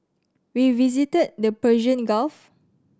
we visited the Persian Gulf